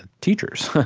ah teachers,